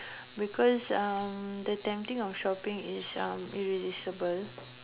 because uh the tempting of shopping is um irresistible